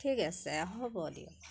ঠিক আছে হ'ব দিয়ক